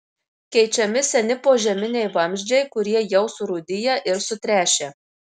keičiami seni požeminiai vamzdžiai kurie jau surūdiję ir sutręšę